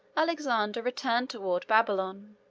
alexander returned toward babylon.